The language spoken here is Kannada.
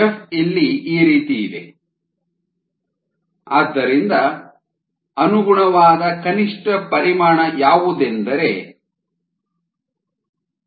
8 l h 1 ಆದ್ದರಿಂದ ಅನುಗುಣವಾದ ಕನಿಷ್ಠ ಪರಿಮಾಣ ಯಾವುದೆಂದರೆ VminFDm22